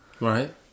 Right